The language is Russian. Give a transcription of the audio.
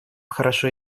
хорошо